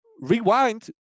Rewind